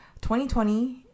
2020